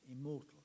Immortal